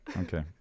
Okay